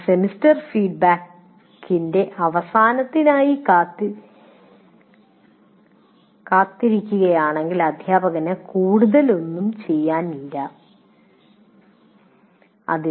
എന്നാൽ സെമസ്റ്റർ ഫീഡ്ബാക്കിന്റെ അവസാനത്തിനായി നിങ്ങൾ കാത്തിരിക്കുകയാണെങ്കിൽ അധ്യാപകന് കൂടുതലായി ഒന്നും ചെയ്യാനാകില്ല